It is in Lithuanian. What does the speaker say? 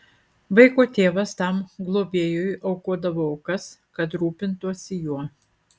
vaiko tėvas tam globėjui aukodavo aukas kad rūpintųsi juo